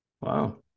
Wow